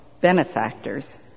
benefactors